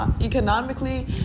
economically